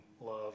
love